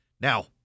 Now